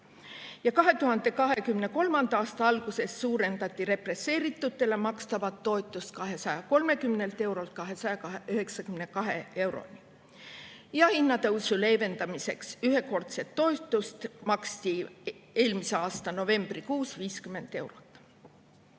2023. aasta alguses suurendati represseeritutele makstavat toetust 230 eurolt 292 euroni ja hinnatõusu leevendamiseks maksti eelmise aasta novembrikuus [teatud